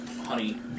Honey